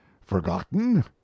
forgotten